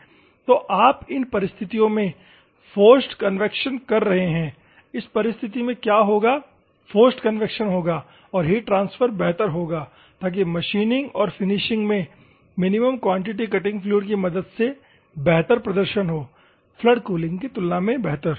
तो आप इन परिस्थितियों में फोर्स्ड कन्वेकशन कर रहे हैं इस परिस्थिति में क्या होगा फोर्स्ड कन्वेक्शन होगा और हीट ट्रांसफर बेहतर होगा ताकि मशीनिंग और फिनिशिंग में मिनिमम क्वांटिटी कटिंग फ्लूइड की मदद से बेहतर प्रदर्शन हो फ्लड कूलिंग की तुलना में बेहतर